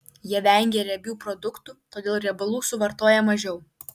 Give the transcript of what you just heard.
jie vengia riebių produktų todėl riebalų suvartoja mažiau